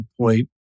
point